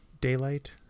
daylight